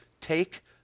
take